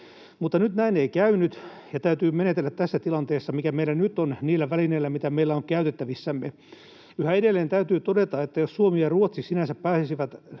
Nyt näin ei käynyt, ja täytyy menetellä tässä tilanteessa, mikä meillä nyt on, niillä välineillä, mitä meillä on käytettävissämme. Yhä edelleen täytyy todeta, että jos Suomi ja Ruotsi sinänsä pääsisivät